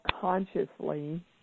consciously